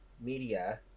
media